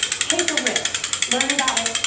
take a risk, learn about it,